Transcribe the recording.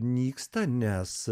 nyksta nes